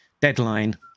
deadline